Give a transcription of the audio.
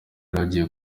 bigiye